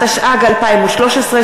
התשע"ג 2013,